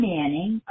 Manning